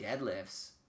deadlifts